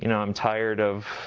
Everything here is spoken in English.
you know i'm tired of